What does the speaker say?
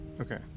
Okay